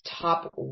top